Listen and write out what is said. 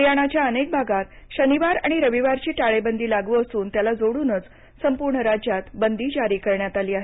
हरयाणाच्या अनेक भागात शनिवार रविवारची टाळेबंदी लागू असून त्याला जोडूनच संपूर्ण राज्यात बंदी जारी करण्यात आली आहे